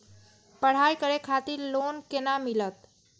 पढ़ाई करे खातिर लोन केना मिलत?